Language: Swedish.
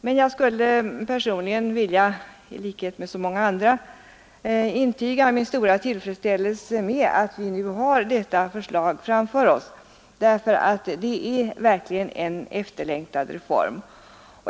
Men jag skulle personligen vilja i likhet med så många andra intyga min stora tillfredsställelse över att detta förslag har framlagts. Det är verkligen en efterlängtad reform.